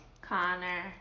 Connor